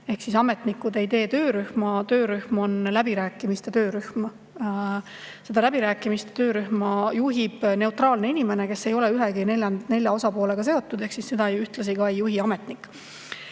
Ehk siis ametnikud ei tee töörühma. Töörühm on läbirääkimiste töörühm. Läbirääkimiste töörühma juhib neutraalne inimene, kes ei ole ühegagi neljast osapoolest seotud, ehk seda ka ei juhi ametnik.120%.